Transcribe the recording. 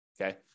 okay